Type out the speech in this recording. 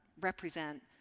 represent